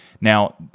Now